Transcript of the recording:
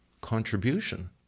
contribution